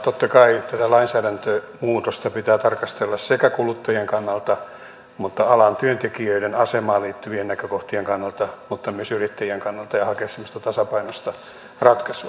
totta kai tätä lainsäädäntömuutosta pitää tarkastella sekä kuluttajien kannalta että alan työntekijöiden asemaan liittyvien näkökohtien kannalta mutta myös yrittäjien kannalta ja hakea semmoista tasapainoista ratkaisua